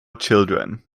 children